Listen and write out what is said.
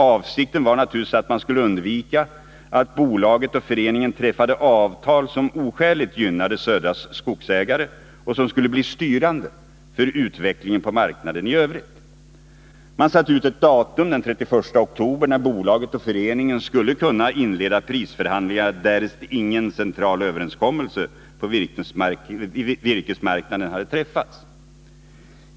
Avsikten var naturligtvis att man skulle undvika att bolaget och föreningen träffade avtal som oskäligt gynnade Södras Skogsägare och som skulle bli styrande för utvecklingen på marknaden i övrigt. Man satte ut ett datum, den 31 oktober, när bolaget och föreningen skulle kunna inleda prisförhandlingar därest ingen central överenskommelse på virkesmarknaden hade träffats.